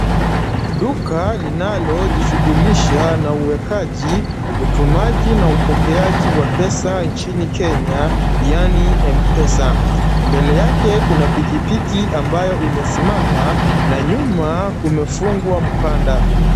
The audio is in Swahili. Duka linalojishughulisha na uwekaji, utumaji na upokeaji wa pesa nchini Kenya, yaani M-pesa. Mbele yake kuna pikipiki ambayo imesimama na nyuma kumefungwa mkanda.